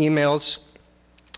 emails